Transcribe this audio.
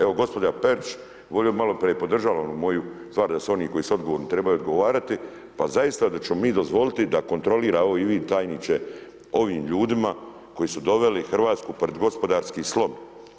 Evo gospođa Perić, maloprije je podržala onu moju stvar da oni koji su odgovorni trebaju odgovarati, pa zaista da ćemo mi dozvoliti da kontrolira, i vi tajniče, ovim ljudima koji su doveli Hrvatsku pred gospodarski slom.